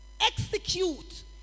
execute